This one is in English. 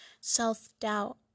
Self-doubt